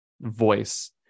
voice